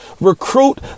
Recruit